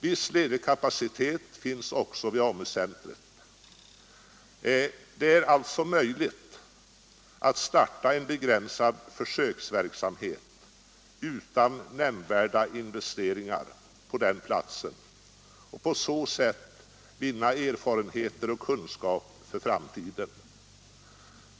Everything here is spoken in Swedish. Viss ledig kapacitet finns också vid AMU-centret. Det är alltså möjligt att utan nämnvärda investeringar starta en begränsad försöksverksamhet i Bräcke och på så sätt vinna erfarenheter och kunskaper för framtiden.